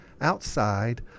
outside